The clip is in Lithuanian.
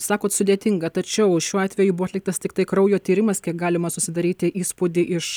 sakot sudėtinga tačiau šiuo atveju buvo atliktas tiktai kraujo tyrimas kiek galima susidaryti įspūdį iš